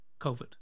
COVID